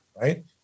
Right